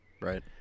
right